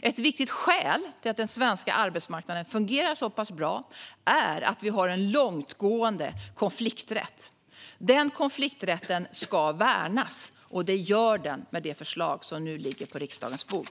Ett viktigt skäl till att den svenska arbetsmarknaden fungerar så pass bra är att vi har en långtgående konflikträtt. Den konflikträtten ska värnas, och det gör den med det förslag som nu ligger på riksdagens bord.